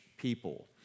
People